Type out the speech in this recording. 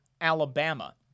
Alabama